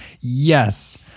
Yes